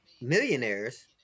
millionaires